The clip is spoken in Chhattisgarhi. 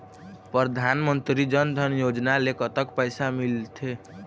परधानमंतरी जन धन योजना ले कतक पैसा मिल थे?